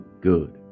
good